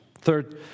Third